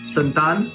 Santan